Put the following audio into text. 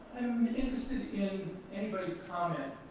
interested in anybody's comment